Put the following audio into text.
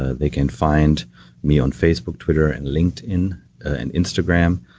ah they can find me on facebook, twitter, and linkedin, and instagram.